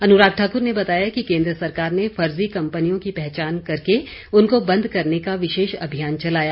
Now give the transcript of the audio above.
अन्राग ठाक्र ने बताया कि केन्द्र सरकार ने फर्जी कम्पनियों की पहचान करके उनको बंद करने का विशेष अभियान चलाया